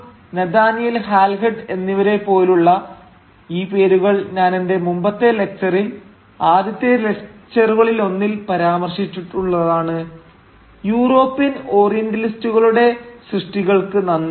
Colebrooke Nathaniel Halhed എന്നിവരെ പോലുള്ള ഈ പേരുകൾ ഞാനെന്റെ മുമ്പത്തെ ലക്ച്ചറിൽ ആദ്യത്തെ ലെക്ച്ചറുകളിലൊന്നിൽ പരാമർശിച്ചിട്ടുള്ളതാണ് യൂറോപ്യൻ ഓറിയന്റലിസ്റ്റുകളുടെ സൃഷ്ടികൾക്ക് നന്ദി